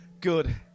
Good